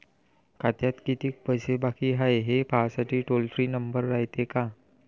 खात्यात कितीक पैसे बाकी हाय, हे पाहासाठी टोल फ्री नंबर रायते का?